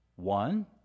One